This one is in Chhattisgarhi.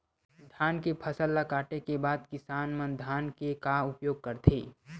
धान के फसल ला काटे के बाद किसान मन धान के का उपयोग करथे?